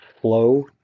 flow